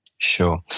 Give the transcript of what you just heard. Sure